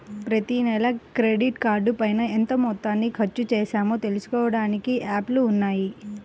ప్రతినెలా క్రెడిట్ కార్డుపైన ఎంత మొత్తాన్ని ఖర్చుచేశామో తెలుసుకోడానికి యాప్లు ఉన్నయ్యి